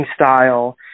style